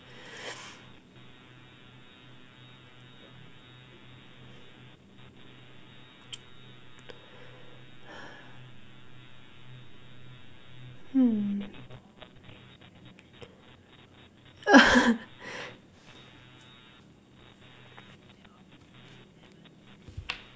hmm